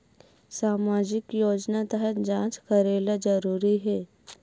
सामजिक योजना तहत जांच करेला जरूरी हे